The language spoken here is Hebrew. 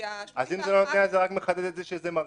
אם זה לא נותן, זה רק מחדד את זה שזה מרחיב,